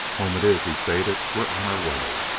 home it is! he stated. we're on our way!